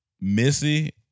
Missy